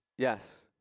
Yes